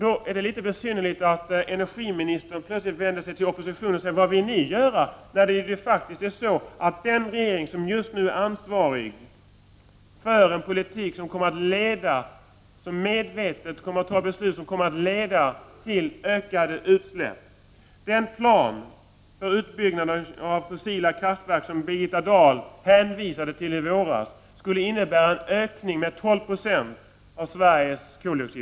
Då är det litet besynnerligt att energiministern plötsligt vänder sig till oppositionen och frågar vad vi vill göra, när det faktiskt är så att den regering som just nu är ansvarig för energipolitiken medvetet kommer att fatta beslut som leder till ökade utsläpp. Den plan för utbyggnad av fossil kraftproduktion som Birgitta Dahl hänvisade till i våras skulle innebära en ökning av koldioxidutsläppen i landet med 12 260.